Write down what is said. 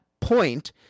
point